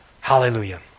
Hallelujah